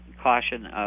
caution